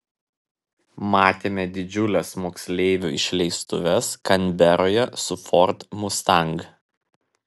matėme didžiules moksleivių išleistuves kanberoje su ford mustang